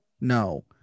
No